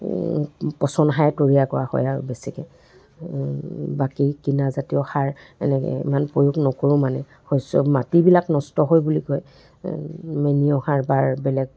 পচন সাৰে তৈয়াৰ কৰা হয় আৰু বেছিকৈ বাকী কিনাজাতীয় সাৰ এনেকৈ ইমান প্ৰয়োগ নকৰোঁ মানে শস্য মাটিবিলাক নষ্ট হয় বুলি কয় মেনিয়ৰ সাৰ বা বেলেগ